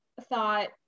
thought